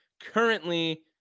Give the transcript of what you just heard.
currently